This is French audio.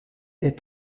est